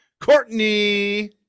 Courtney